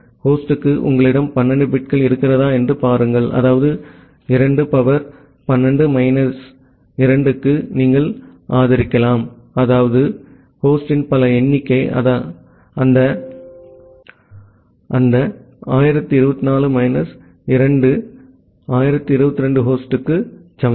ஹோஸ்டுக்கு உங்களிடம் 12 பிட்கள் இருக்கிறதா என்று பாருங்கள் அதாவது 2 சக்தி 12 மைனஸ் 2 க்கு நீங்கள் ஆதரிக்கலாம் இந்த ஹோஸ்டின் பல எண்ணிக்கை அதாவது 1024 மைனஸ் 2 1022 ஹோஸ்டுக்கு சமம்